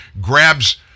grabs